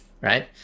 right